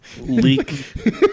Leak